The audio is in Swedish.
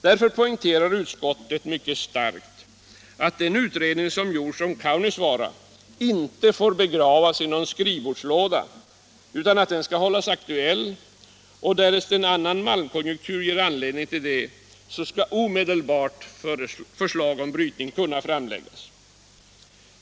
Därför poängterar utskottet mycket starkt att den utredning som gjorts om Kaunisvaara inte får begravas i någon skrivbords låda utan att den skall hållas aktuell, och därest en annan malmkonjunktur ger anledning därtill skall förslag om en brytning omedelbart kunna framläggas.